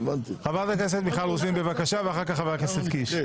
חברת הכנסת מיכל רוזין ואחריה חבר הכנסת יואב קיש.